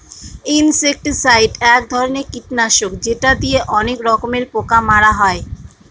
insecticide এক ধরনের কীটনাশক যেটা দিয়ে অনেক রকমের পোকা মারা হয়